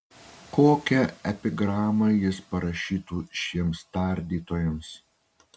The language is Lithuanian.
kokią epigramą jis parašytų šiems tardytojams